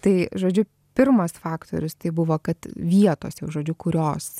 tai žodžiu pirmas faktorius tai buvo kad vietos jau žodžiu kurios